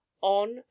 On